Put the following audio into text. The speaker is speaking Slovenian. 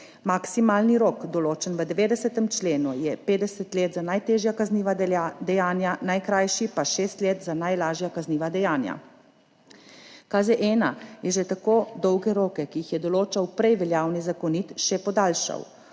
Maksimalni rok, določen v 90. členu, je 50 let za najtežja kazniva dejanja, najkrajši pa šest let za najlažja kazniva dejanja. KZ-1 je že tako dolge roke, ki jih je določal prej veljavni zakonik, še podaljšal.